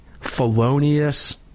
felonious